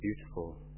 beautiful